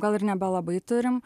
gal ir nebelabai turim